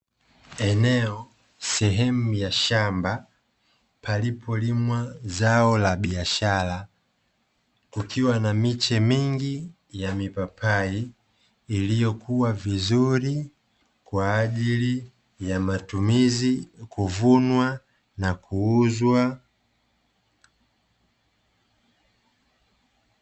Eneo, sehemu ya shamba, palipolimwa zao la biashara, kukiwa na miche mingi ya mipapai iliyokuwa vizuri, kwa ajili ya matumizi, kuvunwa, na kuuzwa.